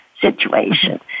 situation